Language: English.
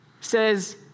says